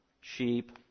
sheep